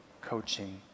coaching